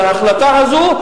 להחלטה הזו,